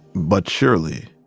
but surely.